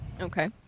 Okay